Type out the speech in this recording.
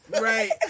Right